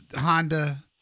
Honda